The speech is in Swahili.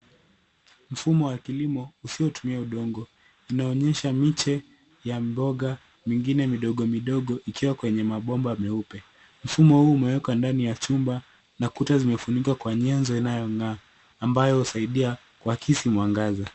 Mfumo wa kilimo usiotumia udongo, inaonyesha miche ya mboga mingine midogomidogo, ikiwa kwenye mabomba meupe. Mfumo huu umewekwa ndani ya chumba na kuta zimefunikwa kwa nyenzo inayong'aa ambayo husaidia kuakisi mwangaza.